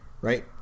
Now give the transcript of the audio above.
right